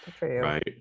Right